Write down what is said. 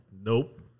Nope